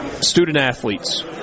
student-athletes